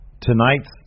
Tonight's